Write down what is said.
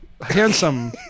handsome